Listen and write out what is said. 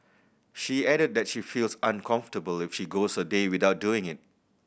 she added that she feels uncomfortable if she goes a day without doing it